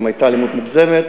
אם הייתה אלימות מוגזמת,